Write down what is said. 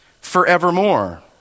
forevermore